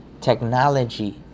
technology